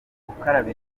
gukaraba